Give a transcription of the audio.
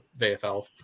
VFL